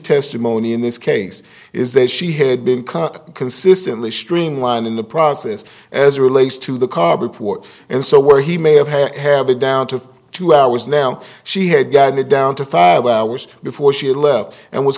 testimony in this case is that she had been cut consistently streamline in the process as relates to the carport and so where he may have had have it down to two hours now she had got it down to five hours before she left and was